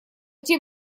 тем